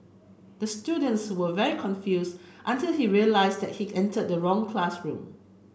the students was very confused until he realised he entered the wrong classroom